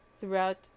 throughout